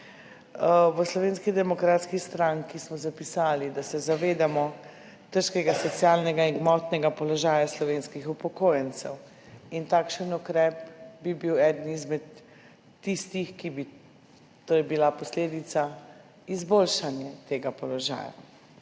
V Slovenski demokratski stranki smo zapisali, da se zavedamo težkega socialnega in gmotnega položaja slovenskih upokojencev. Takšen ukrep bi bil eden izmed tistih, ki bi imel za posledico izboljšanje tega položaja.